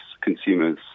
consumers